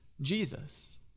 Jesus